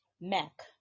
Mac